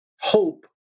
hope